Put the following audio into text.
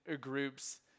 groups